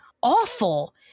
awful